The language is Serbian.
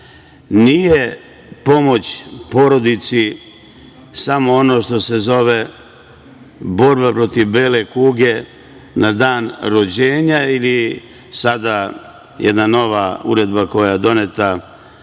Nije pomoć porodici samo ono što se zove borba protiv bele kuge, na dan rođenja ili sada jedna nova uredba koja je doneta